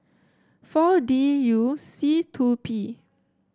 four D U C two P